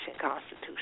Constitution